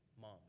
mom